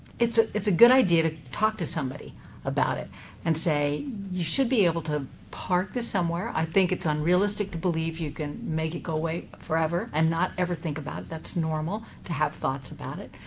it's ah it's a good idea to talk to somebody about it and say, you should be able to park this somewhere. i think it's unrealistic to believe you can make it go away forever and not ever think about it. that's normal to have thoughts about it,